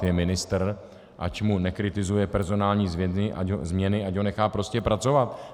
Je ministr, ať mu nekritizuje personální změny, ať ho nechá prostě pracovat!